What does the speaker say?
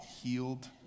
healed